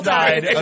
died